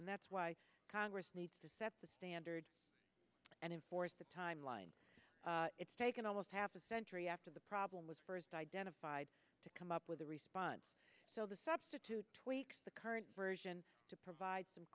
and that's why congress needs to that's the standard and in force the time line it's taken almost half a century after the problem was first identified to come up with a response so the substitute tweaks the current version to provide some